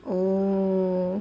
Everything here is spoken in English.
oh